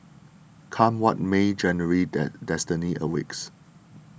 come what may January's den destiny a weeks